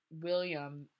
William